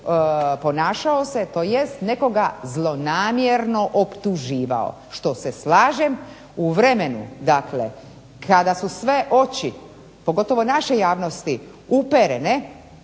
ponašao se, tj. nekoga zlonamjerno optuživao što se slažem u vremenu, dakle kada su sve oči, pogotovo naše javnosti uperene